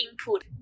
input